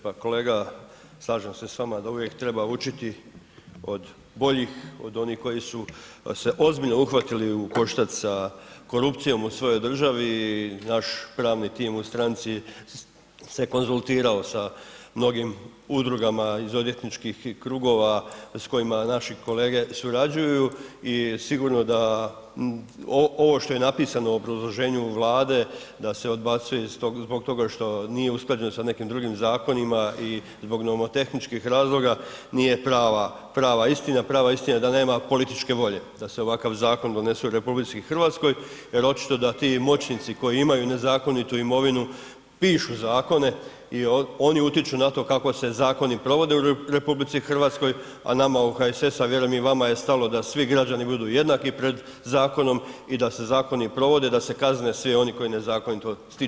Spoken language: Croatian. Pa kolega, slažem se s vama da uvijek treba učiti od boljih, od onih koji su se ozbiljno uhvatili u koštac sa korupcijom u svojoj državi i naš pravni tim u stranci se konzultirao sa mnogim udrugama iz odvjetničkih krugova s kojima naši kolege surađuju i sigurno da ovo što je napisano u obrazloženju Vlade da se odbacuje zbog toga što nije usklađeno sa nekim drugim zakonima i zbog nomotehničkih razloga, nije prava istina, prava istina je da nema političke volje da se ovakav zakon donese u RH jer očito da ti moćnici koji imaju nezakonitu imovinu pišu zakone i oni utječu na to kako se zakoni provode u RH a nama iz HSS-a a vjerujem i vama je stalo da svi građani budu jednaki pred zakonom i da se zakoni provode, da se kazne svi oni koji nezakonito stiču imovinu u Hrvatskoj.